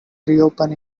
reopen